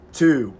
two